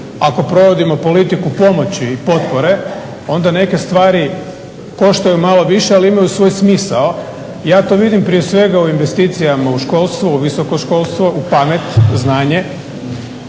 ako provodimo politiku pomoći i potpore onda neke stvari koštaju malo više ali imaju svoj smisao. Ja to vidim prije svega u investicijama u školstvo, visoko školstvo, u pamet, znanje,